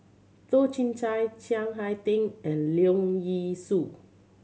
Toh Chin Chye Chiang Hai Ding and Leong Yee Soo